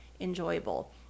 enjoyable